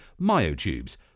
myotubes